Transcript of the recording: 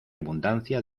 abundancia